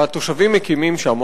שהתושבים מקימים שם,